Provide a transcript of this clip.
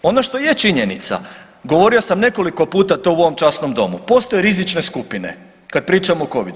Ono što je činjenica, govorio sam nekoliko puta to u ovom časnom domu, postoje rizične skupine kad pričamo o Covidu.